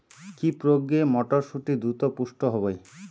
কি প্রয়োগে মটরসুটি দ্রুত পুষ্ট হবে?